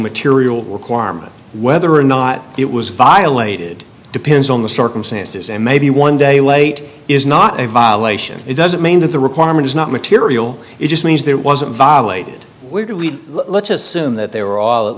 material requirement whether or not it was violated depends on the circumstances and maybe one day late is not a violation it doesn't mean that the requirement is not material it just means there wasn't violated where do we let's assume that they were all at